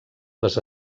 les